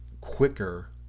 quicker